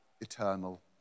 eternal